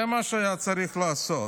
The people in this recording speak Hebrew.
זה מה שהיה צריך לעשות.